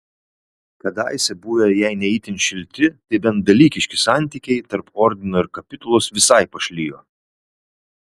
kadaise buvę jei ne itin šilti tai bent dalykiški santykiai tarp ordino ir kapitulos visai pašlijo